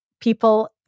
people